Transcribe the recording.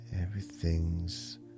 everything's